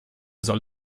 soll